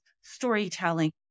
storytelling